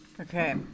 Okay